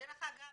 ודרך אגב,